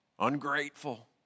ungrateful